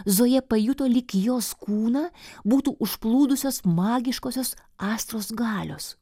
zoja pajuto lyg jos kūną būtų užplūdusios magiškosios astros galios